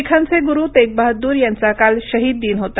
शिखांचे गुरु तेगबहादूर यांचा काल शहीद दिन होता